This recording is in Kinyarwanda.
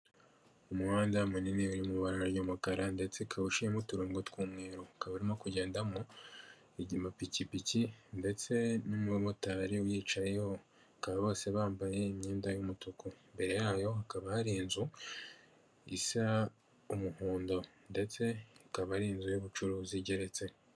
Umuhanda munini uri mu ibara ry'umukara ndetse ukaba uciyemo uturongo tw'umweru. Ukaba arimo kugendamo amapikipiki ndetse n'umumotari uyicayeho. Bakaba bose bambaye imyenda y'umutuku. Imbere yayo hakaba hari inzu isa umuhondo ndetse ikaba ari inzu y'ubucuruzi igeretse.